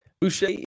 Boucher